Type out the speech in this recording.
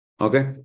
Okay